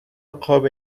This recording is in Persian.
قاب